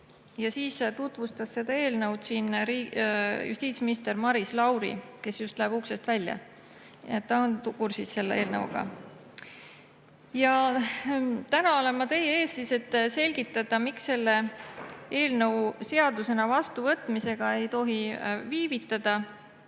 Siis tutvustas seda eelnõu siin justiitsminister Maris Lauri, kes just läheb uksest välja – ta on sellega kursis. Täna olen ma teie ees, et selgitada, miks selle eelnõu seadusena vastuvõtmisega ei tohi viivitada